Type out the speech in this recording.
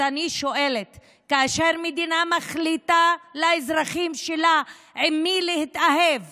אז אני שואלת: כאשר מדינה מחליטה לאזרחים שלה במי להתאהב